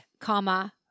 comma